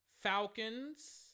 Falcons